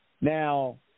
Now